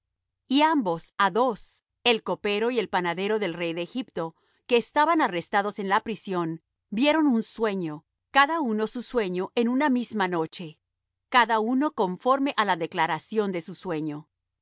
y ambos á dos el copero y el panadero del rey de egipto que estaban arrestados en la prisión vieron un sueño cada uno su sueño en una misma noche cada uno conforme á la declaración de su sueño